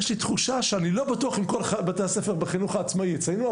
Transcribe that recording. יש לי תחושה שאני לא בטוח אם כל אחד מבתי הספר בחינוך העצמאי יציינו,